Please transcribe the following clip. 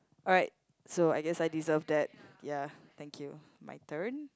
alright so I guess I deserve that ya thank you my turn